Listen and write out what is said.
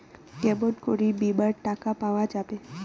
কেমন করি বীমার টাকা পাওয়া যাবে?